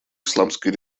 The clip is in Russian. исламской